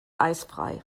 eisfrei